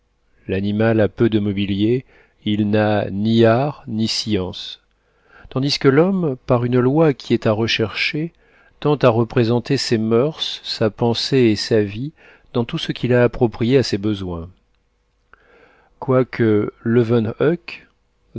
l'animal a peu de mobilier il n'a ni arts ni sciences tandis que l'homme par une loi qui est à rechercher tend à représenter ses moeurs sa pensée et sa vie dans tout ce qu'il approprie à ses besoins quoique leuwenhoëc